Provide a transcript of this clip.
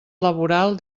laboral